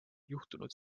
juhtunud